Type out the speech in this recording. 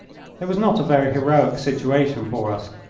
it was not a very heroic situation for us.